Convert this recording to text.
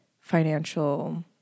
financial